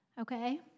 okay